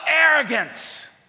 arrogance